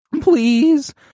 please